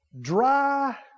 dry